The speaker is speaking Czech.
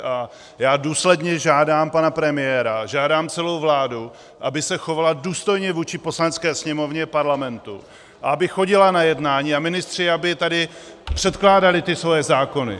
A já důsledně žádám pana premiéra, žádám celou vládu, aby se chovala důstojně vůči Poslanecké sněmovně Parlamentu, aby chodila na jednání a ministři aby tady předkládali ty svoje zákony.